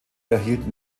erhielten